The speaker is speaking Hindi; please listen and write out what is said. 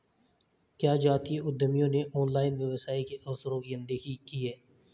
क्या जातीय उद्यमियों ने ऑनलाइन व्यवसाय के अवसरों की अनदेखी की है?